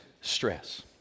stress